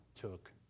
took